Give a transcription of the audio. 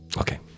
Okay